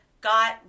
got